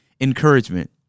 encouragement